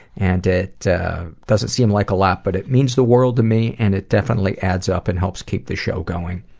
and it doesn't seem like a lot, but it means the world to me, and it definitely adds up and helps keep the show going.